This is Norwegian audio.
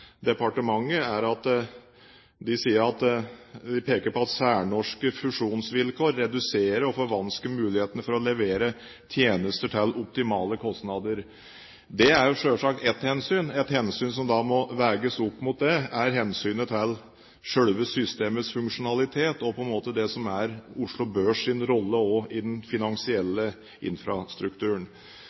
departementet, er at særnorske fusjonsvilkår reduserer og forvansker mulighetene for å levere tjenester til optimale kostnader. Det er selvsagt ett hensyn. Et hensyn som da må veies opp mot det, er hensynet til selve systemets funksjonalitet og på en måte det som er Oslo Børs’ rolle også i den finansielle infrastrukturen.